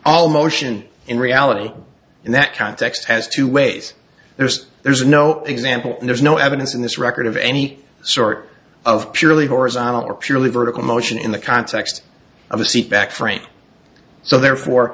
all motion in reality in that context has two ways there's there's no example there's no evidence in this record of any sort of purely horizontal or purely vertical motion in the context of a seatback frame so therefore